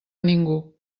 ningú